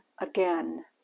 again